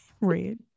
Red